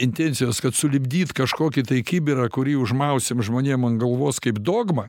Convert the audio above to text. intencijos kad sulipdyt kažkokį tai kibirą kurį užmausim žmonėm ant galvos kaip dogma